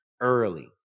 early